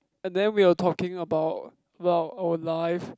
and then we were talking about well our life